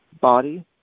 body